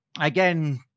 again